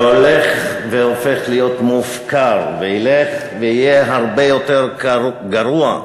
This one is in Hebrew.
שהולך והופך להיות מופקר וילך ויהיה הרבה יותר גרוע,